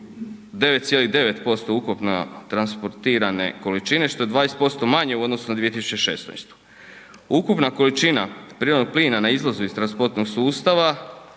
9,9% ukupno transportirane količine što je 20% manje u odnosu na 2016. Ukupna količina prirodnog plina na izlazu iz transportnog sustava